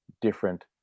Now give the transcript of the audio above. different